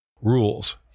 rules